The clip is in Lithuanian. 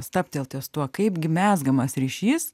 stabtelt ties tuo kaip gi mezgamas ryšys